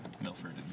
Milford